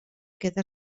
queda